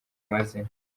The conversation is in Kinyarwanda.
mazina